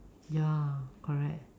ya correct